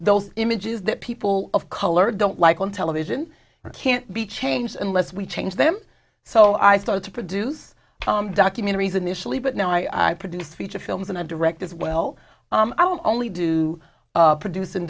those images that people of color don't like on television can't be changed unless we change them so i started to produce documentaries initially but now i produce feature films and i direct as well i don't only do produc